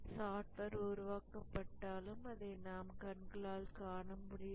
software உருவாக்கப்பட்டாலும் அதை நாம் கண்களால் காண முடியாது